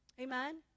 Amen